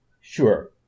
Sure